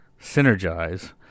synergize